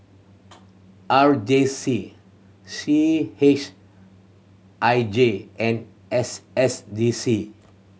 R J C C H I J and S S D C